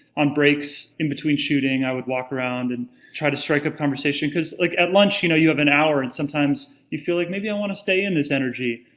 on breaks in between shooting i would walk around and try to strike up conversation. cause like, at lunch, you know, you have an hour and sometimes you feel like, maybe i wanna stay in this energy.